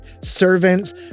servants